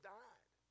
died